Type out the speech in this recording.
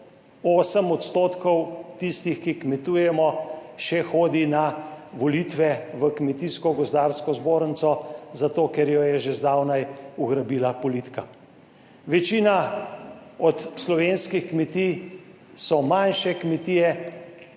Osem odstotkov tistih, ki kmetujemo, še hodi na volitve v Kmetijsko gozdarsko zbornico zato, ker jo je že zdavnaj ugrabila politika. Večina od slovenskih kmetij so manjše kmetije.